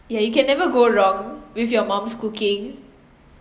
yeah you can never go wrong with your mum's cooking